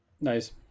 Nice